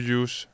use